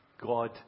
God